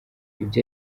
ibyo